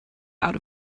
out